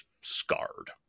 scarred